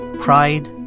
pride,